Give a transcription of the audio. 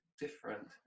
different